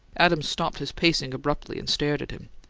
adams stopped his pacing abruptly, and stared at him.